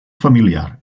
familiar